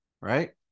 Right